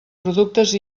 productes